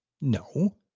No